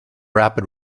rapid